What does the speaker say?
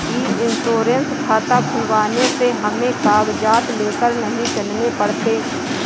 ई insurance खाता खुलवाने से हमें कागजात लेकर नहीं चलने पड़ते